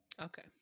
okay